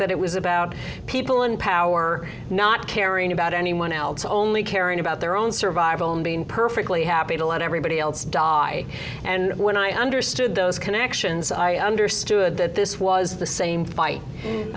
that it was about people in power not caring about anyone else only caring about their own survival and being perfectly happy to let everybody else die and when i understood those connections i understood that this was the same